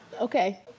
Okay